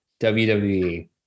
WWE